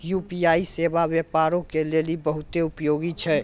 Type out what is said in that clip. UPI सेबा व्यापारो के लेली बहुते उपयोगी छै